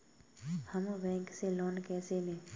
हम बैंक से लोन कैसे लें?